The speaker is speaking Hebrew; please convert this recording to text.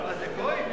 מה זה, גויים?